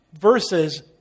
verses